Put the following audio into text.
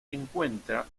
encuentra